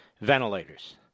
ventilators